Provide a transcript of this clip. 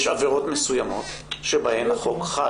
יש עבירות מסוימות שבהן החוק חל.